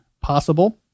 possible